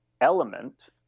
element